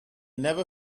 never